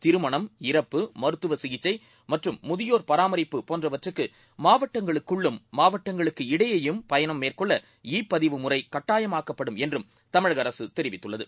திருமணம் இறப்பு மருத்துவசிகிச்சைமற்றும்முதியோர்பாகபோன்றவற்றுக் குமாவட்டங்களுக்குள்ளும் மாவட்டங்களுக்குஇடையேயும்பயணம்மேற்கொள்ளஇ பதிவுமுறைகட்டாயமாக்கப்படும்என்றும்தமிழகஅரசுதெரி வித்துள்ளது